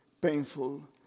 painful